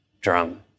drum